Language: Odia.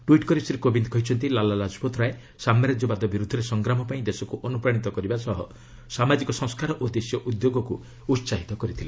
ଟ୍ପିଟ୍ କରି ଶ୍ରୀ କୋବିନ୍ଦ କହିଛନ୍ତି ଲାଲା ଲାଜପତ ରାୟ ସାମ୍ରାଜ୍ୟବାଦ ବିରୁଦ୍ଧରେ ସଂଗ୍ରାମ ପାଇଁ ଦେଶକୁ ଅନୁପ୍ରାଣିତ କରିବା ସହ ସାମାଜିକ ସଂସ୍କାର ଓ ଦେଶୀୟ ଉଦ୍ୟୋଗକୁ ଉତ୍କାହିତ କରିଥିଲେ